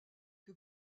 que